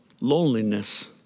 loneliness